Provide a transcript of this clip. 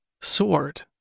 sword